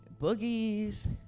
boogies